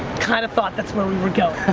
kind of thought that's where we were going.